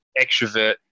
extrovert